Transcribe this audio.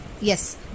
yes